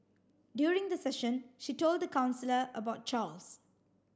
during the session she told the counsellor about Charles